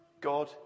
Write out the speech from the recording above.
God